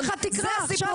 דרך התקרה.